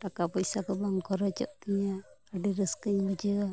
ᱴᱟᱠᱟ ᱯᱚᱭᱥᱟ ᱠᱚ ᱵᱟᱝ ᱠᱷᱚᱨᱚᱪᱚᱜ ᱛᱤᱧᱟᱹ ᱟᱹᱰᱤ ᱨᱟᱥᱠᱟᱹᱧ ᱵᱩᱷᱟᱹᱣᱟ